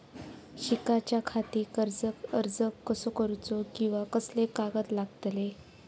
शिकाच्याखाती कर्ज अर्ज कसो करुचो कीवा कसले कागद लागतले?